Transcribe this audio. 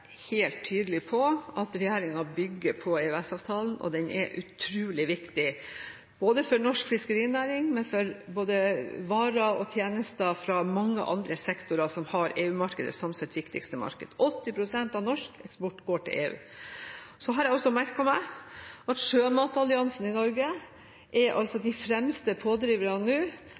helt tydelig på at regjeringen bygger sin politikk på EØS-avtalen. Den er utrolig viktig for både norsk fiskerinæring og varer og tjenester fra mange andre sektorer som har EU som sitt viktigste marked. 80 pst. av norsk eksport går til EU. Jeg har merket meg at Sjømatalliansen i Norge nå er de fremste pådriverne